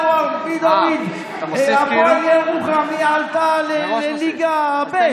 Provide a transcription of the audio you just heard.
רבי דוד, הפועל ירוחם עלתה לליגה ב',